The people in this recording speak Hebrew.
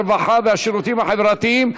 הרווחה והשירותים החברתיים.